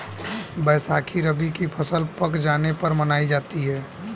बैसाखी रबी की फ़सल पक जाने पर मनायी जाती है